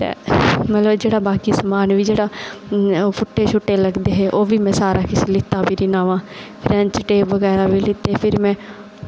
ते मतलब जेह्का बाकी समान हा ओह् फुट्टे लगदे हे ते फिरी में सारा किश लैता नमां ते इंच टेप ओह् फिर लैती में